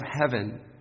heaven